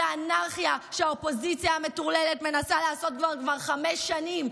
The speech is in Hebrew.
האנרכיה שהאופוזיציה המטורללת מנסה לעשות כבר חמש שנים,